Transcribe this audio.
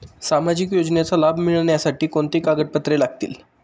सामाजिक योजनेचा लाभ मिळण्यासाठी कोणती कागदपत्रे लागतील?